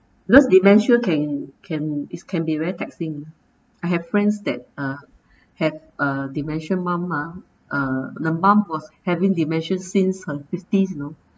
because dementia can can is can be very taxing I have friends that uh have a dementia mum ah uh the mum was having dementia since her fifties you know